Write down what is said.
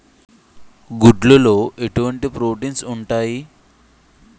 గుడ్లు లో ఎటువంటి ప్రోటీన్స్ ఉంటాయి?